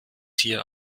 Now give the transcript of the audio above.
hier